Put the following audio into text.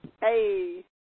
Hey